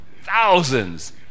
thousands